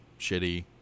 shitty